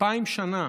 אלפיים שנה,